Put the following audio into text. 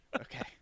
okay